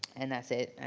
and that's it,